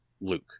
Luke